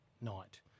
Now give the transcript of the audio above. night